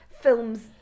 films